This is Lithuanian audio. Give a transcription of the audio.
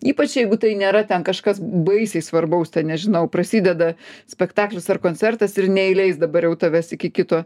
ypač jeigu tai nėra ten kažkas baisiai svarbaus ten nežinau prasideda spektaklis ar koncertas ir neįleis dabar jau tavęs iki kito